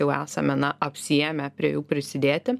jau esame na apsiėmę prie jų prisidėti